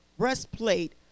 breastplate